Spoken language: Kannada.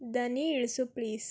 ಧ್ವನಿ ಇಳಿಸು ಪ್ಲೀಸ್